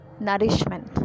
nourishment